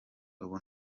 ubu